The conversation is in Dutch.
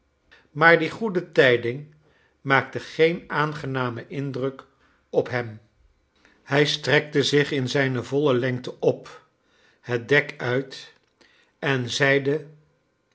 maar die goede tijding maakte geen aangenamen indruk op hem hij strekte zich in zijne volle lengte op het dek uit en zeide